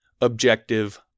objective